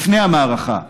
לפני המערכה,